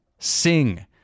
Sing